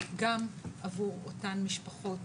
גם עבור אותן משפחות